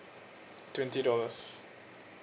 twenty dollars